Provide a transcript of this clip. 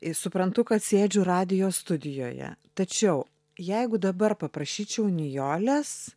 i suprantu kad sėdžiu radijo studijoje tačiau jeigu dabar paprašyčiau nijolės